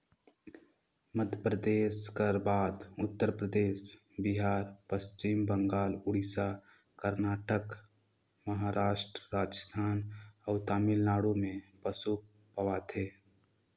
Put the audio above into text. मध्यपरदेस कर बाद उत्तर परदेस, बिहार, पच्छिम बंगाल, उड़ीसा, करनाटक, महारास्ट, राजिस्थान अउ तमिलनाडु में पसु पवाथे